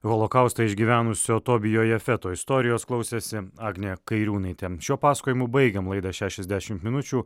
holokaustą išgyvenusio tobijo jefeto istorijos klausėsi agnė kairiūnaitė šiuo pasakojimu baigiam laidą šešiasdešimt minučių